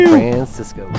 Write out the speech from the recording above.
Francisco